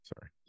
Sorry